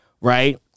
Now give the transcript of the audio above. Right